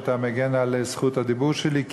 שאתה מגן על זכות הדיבור שלי.